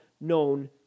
known